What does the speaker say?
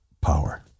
power